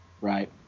Right